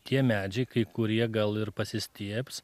tie medžiai kai kurie gal ir pasistiebs